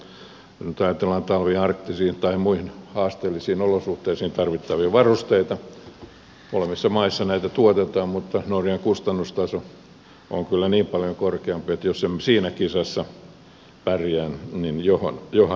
jos nyt ajatellaan talvi arktisiin tai muihin haasteellisiin olosuhteisiin tarvittavia varusteita molemmissa maissa näitä tuotetaan mutta norjan kustannustaso on kyllä niin paljon korkeampi että jos emme siinä kisassa pärjää niin johan on kumma